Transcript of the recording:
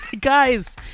Guys